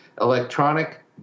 electronic